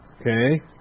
Okay